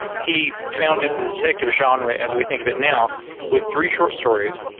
he founded the detective genre as we think of it now with three short stories,